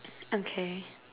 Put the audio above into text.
okay